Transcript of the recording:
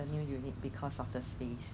can so I